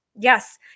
Yes